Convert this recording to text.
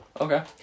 Okay